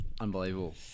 unbelievable